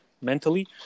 mentally